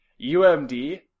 UMD